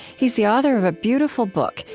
he's the author of a beautiful book,